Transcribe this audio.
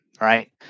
Right